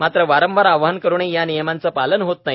मात्र वारंवार आवाहन करूनही या नियमांचे पालन होत नाही